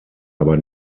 aber